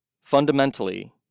Fundamentally